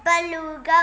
beluga